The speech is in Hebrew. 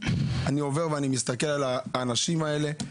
אני מסתכל על האנשים האלה,